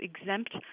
exempt